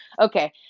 Okay